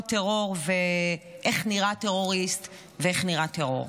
טרור ואיך נראה טרוריסט ואיך נראה טרור.